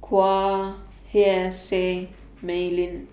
Quahe Seah Mei Lin